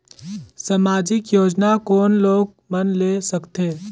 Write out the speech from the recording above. समाजिक योजना कोन लोग मन ले सकथे?